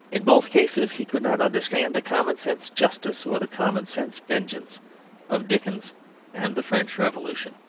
in both cases he could not understand the common-sense justice or the common-sense vengeance of dickens and the french revolution.